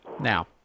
Now